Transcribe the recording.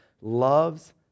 loves